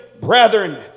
brethren